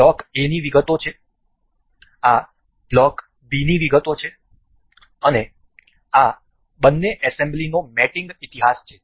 આ block A ની વિગતો છે આ બ્લોક B ની વિગતો છે અને આ બંને એસેમ્બલીનો મેટીંગ ઇતિહાસ છે